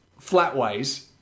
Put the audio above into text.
flatways